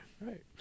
right